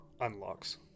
unlocks